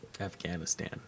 Afghanistan